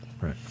Right